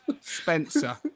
Spencer